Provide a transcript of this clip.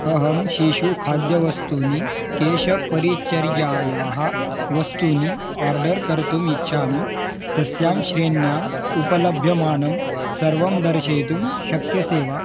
अहं शिशुखाद्यवस्तूनि केशपरिचर्यायाः वस्तूनि आर्डर् कर्तुम् इच्छामि तस्यां श्रेण्याम् उपलभ्यमानं सर्वं दर्शयितुं शक्यसे वा